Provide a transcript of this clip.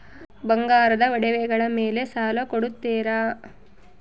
ಬಂಗಾರದ ಒಡವೆಗಳ ಮೇಲೆ ಸಾಲ ಕೊಡುತ್ತೇರಾ?